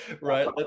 right